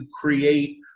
create